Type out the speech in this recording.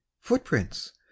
Footprints